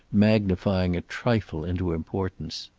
magnifying a trifle into importance.